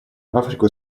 африку